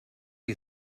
you